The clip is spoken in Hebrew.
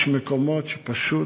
יש מקומות שפשוט